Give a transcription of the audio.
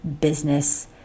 business